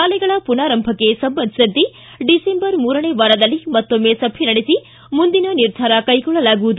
ಶಾಲೆಗಳ ಪುನಾರಂಭಕ್ತೆ ಸಂಬಂಧಿಸಿದಂತೆ ಡಿಸೆಂಬರ್ ಮೂರನೇ ವಾರದಲ್ಲಿ ಮತ್ತೊಮ್ಮೆ ಸಭೆ ನಡೆಸಿ ಮುಂದಿನ ನಿರ್ಧಾರ ಕೈಗೊಳ್ಳಲಾಗುವುದು